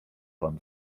pan